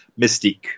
Mystique